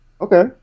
Okay